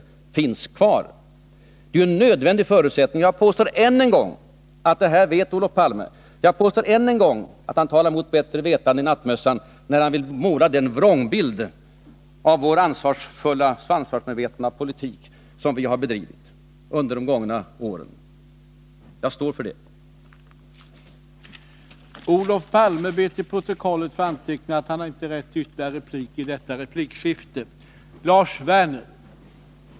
Det är ju en nödvändig förutsättning. Jag påstår än en gång att detta vet Olof Palme. Jag påstår än en gång att han talar mot bättre vetande och i nattmössan, när han vill måla en sådan vrångbild av den ansvarsfulla och ansvarsmedvetna politik som vi har bedrivit under de gångna åren.